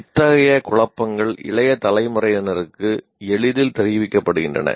இத்தகைய குழப்பங்கள் இளைய தலைமுறையினருக்கு எளிதில் தெரிவிக்கப்படுகின்றன